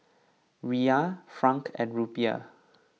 Riyal Franc and Rupiah